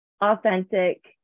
authentic